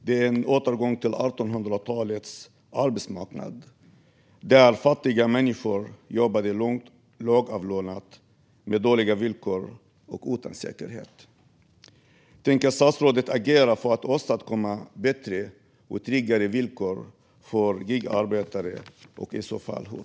Det är en återgång till 1800-talets arbetsmarknad, där fattiga människor jobbade lågavlönat med dåliga villkor och utan säkerhet. Tänker statsrådet agera för att åstadkomma bättre och tryggare villkor för gigarbetare, och i så fall hur?